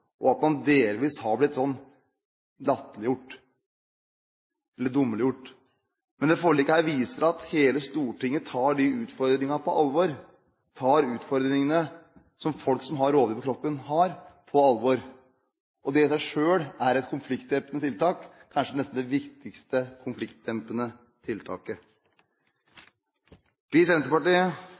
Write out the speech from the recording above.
og at man delvis har blitt latterliggjort eller gjort dum. Dette forliket viser at hele Stortinget tar disse utfordringene på alvor, at vi tar på alvor de utfordringene folk som har rovdyr tett på kroppen, har. Det i seg selv er et konfliktdempende tiltak – kanskje nesten det viktigste konfliktdempende tiltaket. Vi i Senterpartiet